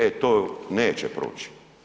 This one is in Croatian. E to neće proći.